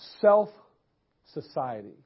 self-society